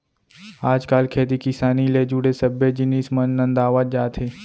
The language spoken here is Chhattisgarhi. आज काल खेती किसानी ले जुड़े सब्बे जिनिस मन नंदावत जात हें